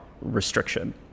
restriction